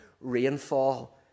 rainfall